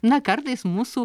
na kartais mūsų